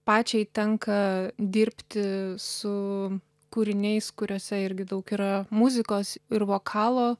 pačiai tenka dirbti su kūriniais kuriuose irgi daug yra muzikos ir vokalo